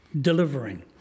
delivering